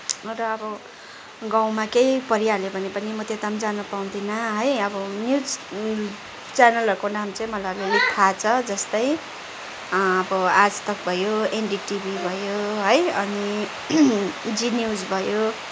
र अब गाउँमा केही परिहाल्यो भने पनि म त्यता पनि जानु पाउँदिनँ है अब न्युज च्यानलहरूको नाम चाहिँ मलाई अलिअलि थाहा छ जस्तै अब आजतक भयो एनडिटिभी भयो है अनि जी न्युज भयो